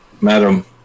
Madam